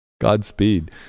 godspeed